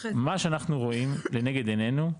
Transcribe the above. מה שאנחנו רואים לנגד עינינו,